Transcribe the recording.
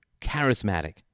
charismatic